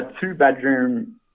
two-bedroom